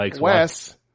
Wes